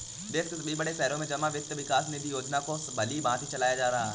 देश के सभी बड़े शहरों में जमा वित्त विकास निधि योजना को भलीभांति चलाया जा रहा है